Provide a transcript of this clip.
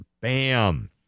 bam